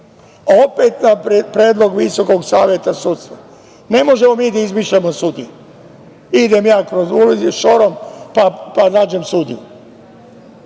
opet na predlog Visokog saveta sudstva. Ne možemo mi da izmišljamo sudije. Idem ja šorom pa nađem sudiju.